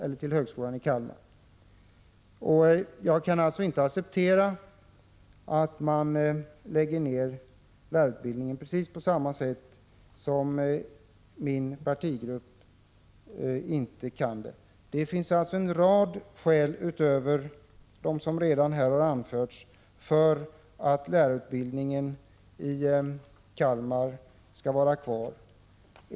Jag och min partigrupp kan alltså inte acceptera att Det finns en rad skäl utöver dem som här redan har anförts, för att 4juni 1986 lärarutbildningen i Kalmar skall finnas kvar.